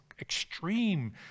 extreme